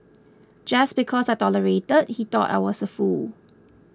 just because I tolerated he thought I was a fool